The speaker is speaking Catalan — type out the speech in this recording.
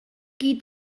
qui